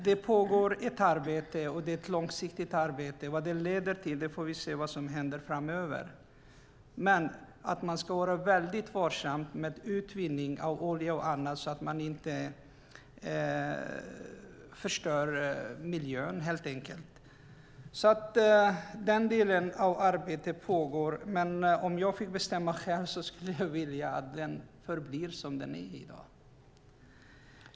Det pågår ett långsiktigt arbete. Vi får se vad det leder till och vad som händer framöver. Man ska dock vara väldigt varsam med utvinning av olja och annat så att man inte förstör miljön där. Om jag fick bestämma skulle jag vilja att Arktis förblev som det är i dag.